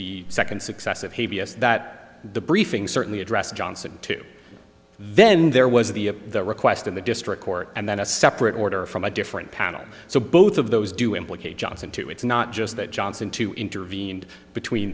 the second successive hey vs that the briefing certainly addressed johnson to then there was the request in the district court and then a separate order from a different panel so both of those do implicate johnson two it's not just that johnson two intervened between